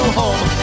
home